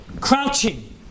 crouching